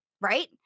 right